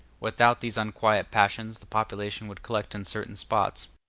without these unquiet passions the population would collect in certain spots,